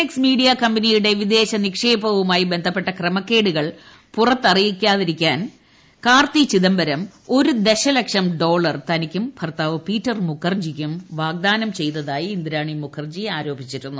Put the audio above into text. X media കമ്പനിയുടെ വിദേശനിക്ഷേപവുമായി ബന്ധപ്പെട്ട ക്രമക്കേടുകൾ പുറത്തറിയാതിരിക്കാൻ കാർത്തിചിദംബരം ഒരു ദശലക്ഷം ഡോളർ തനിക്കും ഭർത്താവ് പീറ്റർ മുഖർജിക്കും വാഗ്ദാനം ചെയ്തതായി ഇന്ദ്രാണി മുഖർജി ആരോപിച്ചിരുന്നു